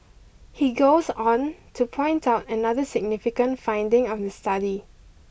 he goes on to point out another significant finding of the study